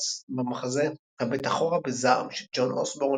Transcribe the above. במחזה "הבט אחורה בזעם" של ג'ון אוסבורן,